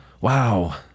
Wow